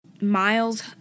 Miles